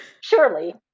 surely